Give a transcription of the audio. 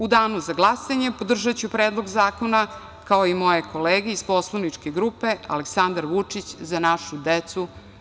U danu za glasanje podržaću predlog zakona, kao i moje kolege iz poslaničke grupe Aleksandar Vučić – Za našu decu.